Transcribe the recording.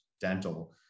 Dental